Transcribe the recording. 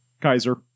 kaiser